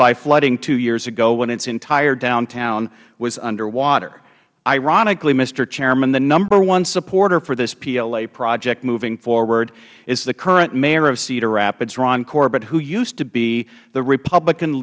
by flooding two years ago when its entire downtown was underwater ironically mister chairman the number one supporter for this pla project moving forward is the current mayor of cedar rapids ron corbett who used to be the republican